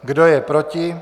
Kdo je proti?